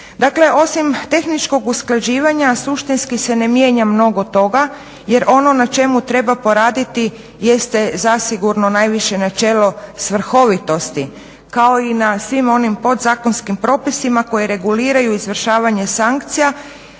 osim tehničkog usklađivanja suštinski se ne mijenja mnogo toga, jer ono na čemu treba poraditi jeste zasigurno najviše načelo svrhovitosti kao i na svim onim podzakonskim propisima koje reguliraju izvršavanje sankcija,